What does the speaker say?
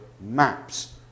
maps